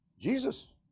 Jesus